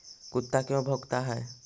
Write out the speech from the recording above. कुत्ता क्यों भौंकता है?